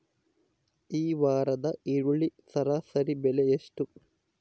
ಈ ವಾರದ ಈರುಳ್ಳಿ ಸರಾಸರಿ ಬೆಲೆ ಎಷ್ಟು?